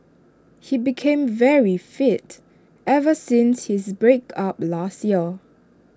he became very fit ever since his break up last year